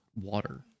water